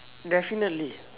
definitely